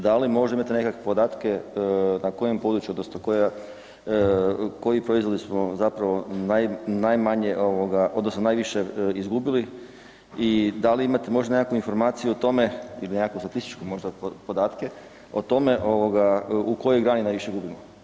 Da li možda imate nekakve podatke na koje području odnosno koja, koji proizvodi su vam zapravo najmanje ovoga odnosno najviše izgubili i da li imate možda neku informaciju o tome ili nekakvu statističku možda podatke o tome u kojoj grani najviše gubimo?